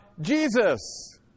Jesus